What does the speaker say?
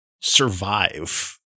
survive